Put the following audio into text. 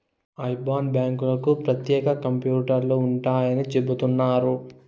IBAN బ్యాంకులకు ప్రత్యేక కంప్యూటర్లు ఉంటాయని చెబుతున్నారు